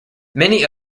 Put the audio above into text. many